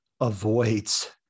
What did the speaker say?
avoids